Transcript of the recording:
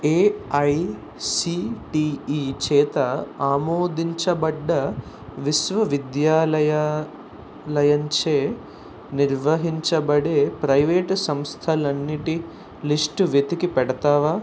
AICTE చేత ఆమోదించబడ్డ విశ్వవిద్యాలయ లయంచే నిర్వహించబడే ప్రైవేటు సంస్థలన్నిటి లిస్టు వెతికి పెడతావా